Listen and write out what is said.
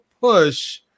push